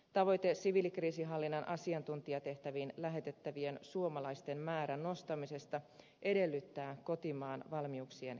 tavoite siviilikriisinhallinnan asiantuntijatehtäviin lähetettävien suomalaisten määrän nostamisesta edellyttää kotimaan valmiuksien kehittämistä